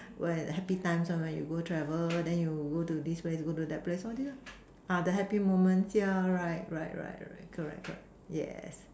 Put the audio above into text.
where happy times one where you go travel then you go to this place go to that place all this ah ah the happy moment yeah right right right right correct correct yes